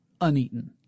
uneaten